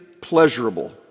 pleasurable